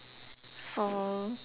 so